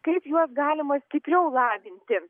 kaip juos galima stipriau lavinti